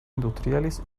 industriales